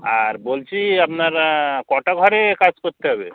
আর বলছি আপনার কটা ঘরে কাজ করতে হবে